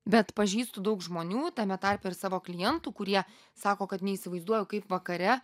bet pažįstu daug žmonių tame tarpe ir savo klientų kurie sako kad neįsivaizduoju kaip vakare